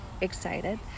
Excited